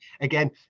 again